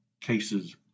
cases